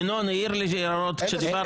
ינון העיר לי הערות כשדיברתי.